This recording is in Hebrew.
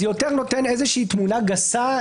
זה נותן יותר תמונה גסה,